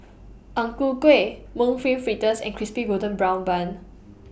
Ang Ku Kueh Mung Bean Fritters and Crispy Golden Brown Bun